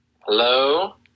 Hello